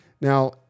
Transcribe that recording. Now